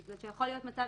יכול להיות מצב